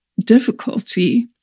difficulty